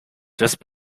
just